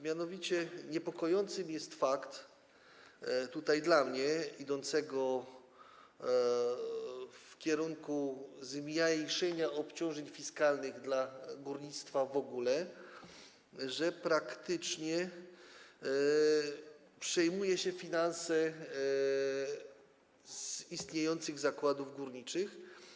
Mianowicie niepokojący jest dla mnie, idącego w kierunku zmniejszenia obciążeń fiskalnych dla górnictwa w ogóle, fakt, że praktycznie przejmuje się finanse istniejących zakładów górniczych.